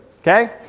Okay